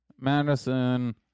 Madison